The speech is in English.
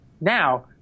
Now